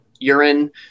Urine